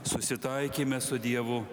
susitaikėme su dievu